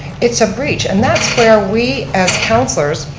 it's a breach, and that's where we as councilors,